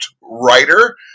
writer